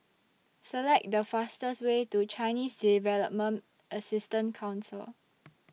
Select The fastest Way to Chinese Development Assistant Council